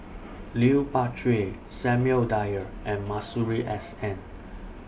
Lui Pao Chuen Samuel Dyer and Masuri S N